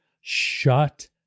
shut